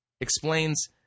explains